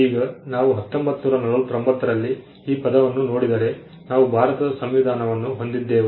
ಈಗ ನಾವು 1949 ರಲ್ಲಿ ಈ ಪದವನ್ನು ನೋಡಿದರೆ ನಾವು ಭಾರತದ ಸಂವಿಧಾನವನ್ನು ಹೊಂದಿದ್ದೆವು